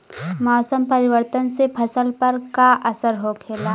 मौसम परिवर्तन से फसल पर का असर होखेला?